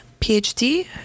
PhD